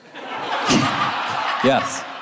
Yes